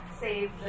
save